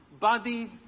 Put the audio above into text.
bodies